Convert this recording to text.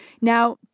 now